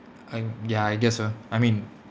I'm ya I guess uh I mean